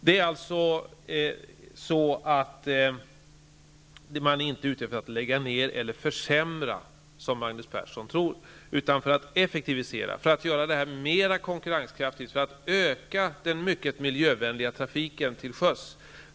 Man är alltså inte, som Magnus Persson tror, ute efter att lägga ner eller försämra verksamheten, utan man eftersträvar att effektivisera verksamheten, att göra den mer konkurrenskraftig och att öka den mycket miljövänliga trafiken till sjöss.